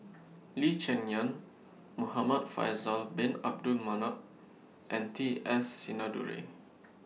Lee Cheng Yan Muhamad Faisal Bin Abdul Manap and T S Sinnathuray